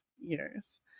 years